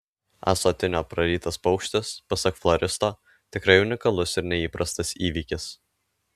ąsotinio prarytas paukštis pasak floristo tikrai unikalus ir neįprastas įvykis